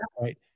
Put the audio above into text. Right